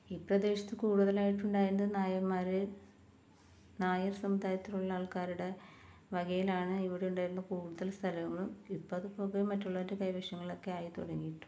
ഈ പ്രദേശത്ത് കൂടുതലായിട്ട് ഉണ്ടായിരുന്നത് നായന്മാര് നായര് സമുദായത്തില് ഉള്ള ആള്ക്കാരുടെ വകയിലാണ് ഇവിടെ ഉണ്ടായിരുന്ന കൂടുതൽ സ്ഥലങ്ങളും ഇപ്പോൾ അത് പൊതുവേ മറ്റുള്ളവരുടെ കൈവശങ്ങൾളൊക്കെ ആയി തുടങ്ങിയിട്ടുണ്ട്